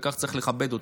וכך צריך לכבד אותו,